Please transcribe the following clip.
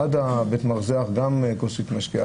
עד בית המרזח גם כוסית משקה,